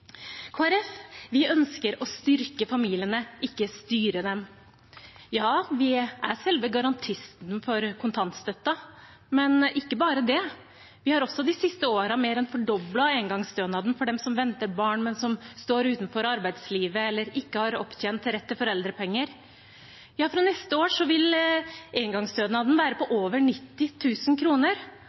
ønsker å styrke familiene, ikke å styre dem. Ja, vi er selve garantisten for kontantstøtten, men ikke bare det: Vi har også de siste årene mer enn fordoblet engangsstønaden for dem som venter barn, men som står utenfor arbeidslivet eller ikke har opptjent rett til foreldrepenger. Fra neste år vil engangsstønaden være på over